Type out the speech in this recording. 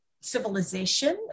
civilization